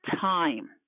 time